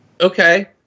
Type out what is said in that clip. Okay